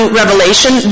revelation